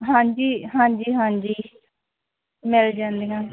ਹਾਂਜੀ ਹਾਂਜੀ ਹਾਂਜੀ ਮਿਲ ਜਾਂਦੀਆਂ